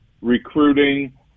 recruiting